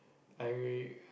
I